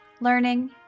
learning